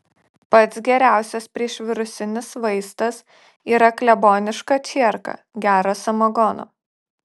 pats geriausias priešvirusinis vaistas yra kleboniška čierka gero samagono